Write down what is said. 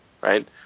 right